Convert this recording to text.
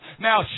Now